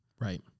Right